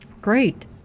Great